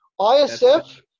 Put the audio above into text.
ISF